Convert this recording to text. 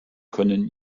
können